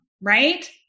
right